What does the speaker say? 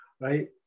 right